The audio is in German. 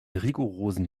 rigorosen